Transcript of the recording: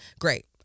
Great